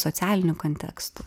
socialinių kontekstų